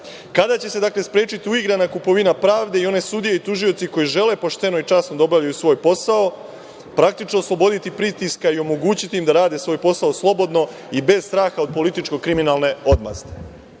kada će se sprečiti uigrana kupovina pravde i one sudije i tužioci koji žele pošteno i časno da obavljaju svoj posao praktično osloboditi pritiska i omogućiti im da rade svoj posao slobodno i bez straha od političko-kriminalne odmazde? Da